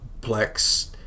Plex